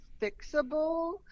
fixable